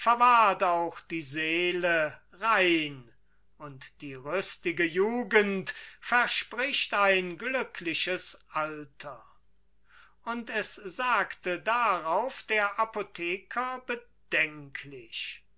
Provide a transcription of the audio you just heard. auch die seele rein und die rüstige jugend verspricht ein glückliches alter und es sagte darauf der apotheker bedenklich